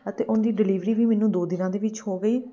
ਅਤੇ ਉਹਦੀ ਡਿਲੀਵਰੀ ਵੀ ਮੈਨੂੰ ਦੋ ਦਿਨਾਂ ਦੇ ਵਿੱਚ ਹੋ ਗਈ